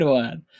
one